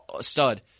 stud